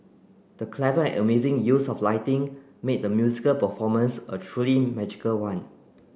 the clever and amazing use of lighting made the musical performance a truly magical one